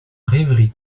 rêverie